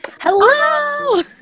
Hello